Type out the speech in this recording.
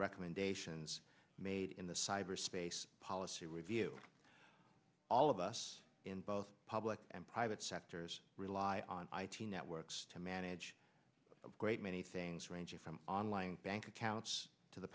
recommendations made in the cyber space policy review all of us in both public and private sectors rely on my team networks to manage great many things ranging from online bank accounts to the